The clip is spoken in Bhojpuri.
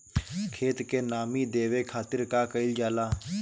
खेत के नामी देवे खातिर का कइल जाला?